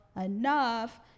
enough